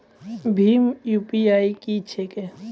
भीम UPI की छीके?